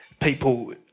people